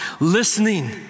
listening